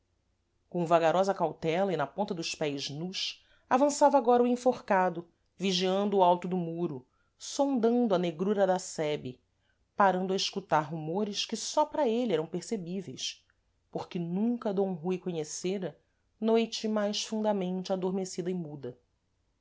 com vagarosa cautela e na ponta dos pés nus avançava agora o enforcado vigiando o alto do muro sondando a negrura da sebe parando a escutar rumores que só para êle eram percebíveis porque nunca d rui conhecera noite mais fundamente adormecida e muda